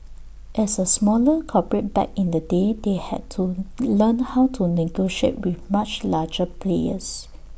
as A smaller corporate back in the day they had to learn how to negotiate with much larger players